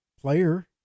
player